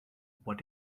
what